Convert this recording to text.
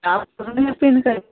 आब